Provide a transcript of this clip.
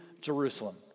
Jerusalem